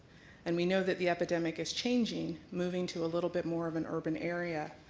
and we know that the epidemic is changing, moving to a little bit more of an urban area,